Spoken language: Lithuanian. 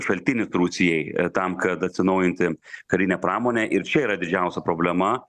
šaltinis rusijai tam kad atsinaujinti karinę pramonę ir čia yra didžiausia problema